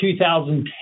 2010